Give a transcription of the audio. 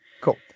Cool